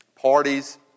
parties